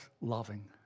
loving